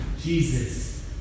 Jesus